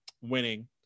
winning